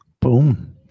Boom